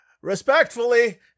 respectfully